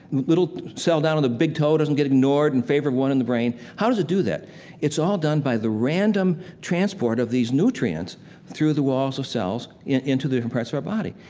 little cell down in the big toe doesn't get ignored in favor of one in the brain. how does it do that it's all done by the random transport of these nutrients through the walls of cells into different parts of our body.